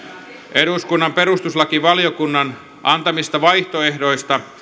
eduskunnan perustuslakivaliokunnan antamista vaihtoehdoista